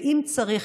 ואם צריך,